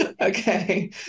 Okay